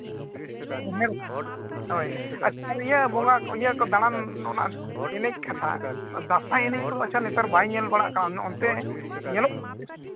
ᱥᱚᱨᱦᱟᱭ ᱨᱮᱠᱚ ᱦᱳᱭ ᱟᱪᱪᱷᱟ ᱟᱨ ᱤᱭᱟᱹ ᱵᱚᱸᱜᱟ ᱤᱭᱟᱹ ᱠᱚ ᱫᱟᱲᱟᱱ ᱫᱚ ᱚᱱᱟ ᱮᱱᱮᱡ ᱠᱟᱛᱷᱟ ᱫᱟᱸᱥᱟᱭ ᱮᱱᱮᱡ ᱠᱚᱫᱚ ᱟᱪᱪᱷᱟ ᱱᱮᱛᱟᱨ ᱵᱟᱭ ᱧᱮᱞ ᱵᱟᱲᱟᱜ ᱠᱟᱱᱟ ᱚᱱᱛᱮ ᱧᱮᱞᱚᱜ ᱠᱟᱱᱟ